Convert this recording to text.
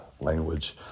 language